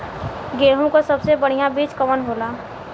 गेहूँक सबसे बढ़िया बिज कवन होला?